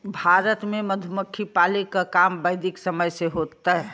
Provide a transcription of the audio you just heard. भारत में मधुमक्खी पाले क काम वैदिक समय से होत हौ